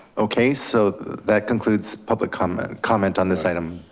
okay, so that concludes public comment comment on this item.